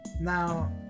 Now